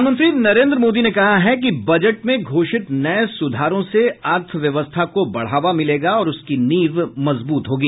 प्रधानमंत्री नरेंद्र मोदी ने कहा है कि बजट में घोषित नए सुधारों से अर्थव्यवस्था को बढ़ावा मिलेगा और उसकी नींव मजबूत होगी